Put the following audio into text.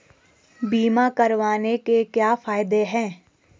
बीमा करवाने के क्या फायदे हैं?